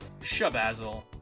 Shabazzle